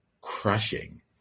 crushing